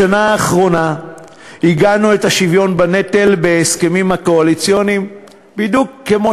בשנה האחרונה עיגנו את השוויון בנטל בהסכמים הקואליציוניים בדיוק כמו